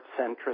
centrist